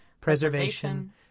preservation